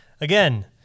again